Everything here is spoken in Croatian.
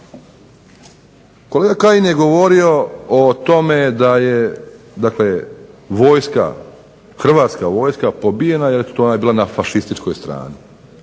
Kolega Kajin je govorio o tome da je vojska, Hrvatska vojska pobijena jer eto ona je bila na fašističkoj strani.